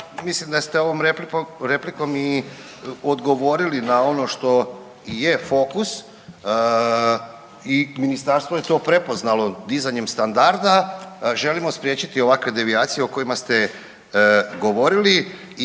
mislim da ste ovom replikom i odgovorili na ono što i je fokus i ministarstvo je to prepoznalo dizanjem standarda želimo spriječiti ovakve devijacije o kojima ste govorili